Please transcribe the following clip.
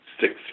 six